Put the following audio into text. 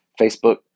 Facebook